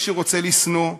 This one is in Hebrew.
מי שרוצה לשנוא,